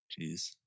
Jeez